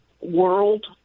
world